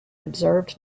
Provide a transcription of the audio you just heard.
observed